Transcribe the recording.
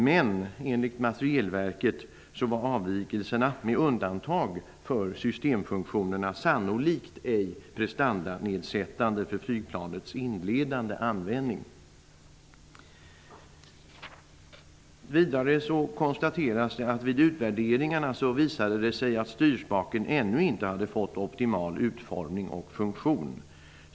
Men enligt Materielverket var avvikelserna med undantag för systemfunktionerna sannolikt ej prestandanedsättande för flygplanets inledande användning. Vidare konstateras att det vid utvärderingarna visade sig att styrspaken ännu inte hade fått optimal utformning och funktion.